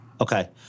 Okay